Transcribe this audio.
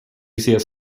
ses